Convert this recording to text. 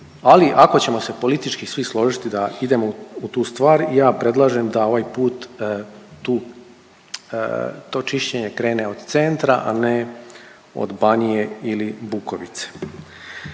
Ali ako ćemo se politički svi složiti da idemo u tu stvar ja predlažem da ovaj put tu, to čišćenje krene od centra, a ne od Banije ili Bukovice.